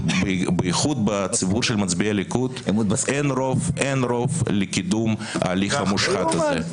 בייחוד בציבור של מצביעי הליכוד אין רוב לקידום ההליך המושחת הזה.